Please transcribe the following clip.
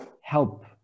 help